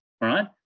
Right